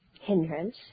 hindrance